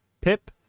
Pip